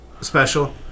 special